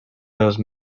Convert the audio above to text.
those